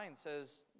says